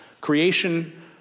Creation